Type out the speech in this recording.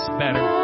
better